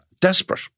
desperate